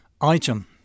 Item